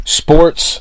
sports